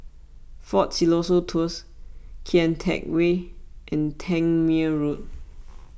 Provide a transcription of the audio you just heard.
fort Siloso Tours Kian Teck Way and Tangmere Road